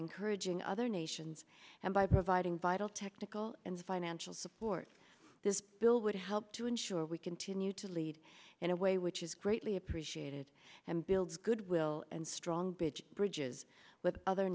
encouraging other nations and by providing vital technical and financial support this bill would help to ensure we continue to lead in a way which is greatly appreciated and builds goodwill and strong bridge bridges with other